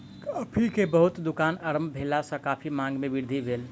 coffee के बहुत दुकान आरम्भ भेला सॅ कॉफ़ीक मांग में वृद्धि भेल